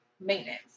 maintenance